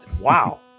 Wow